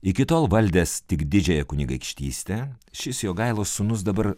iki tol valdęs tik didžiąją kunigaikštystę šis jogailos sūnus dabar